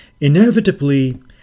inevitably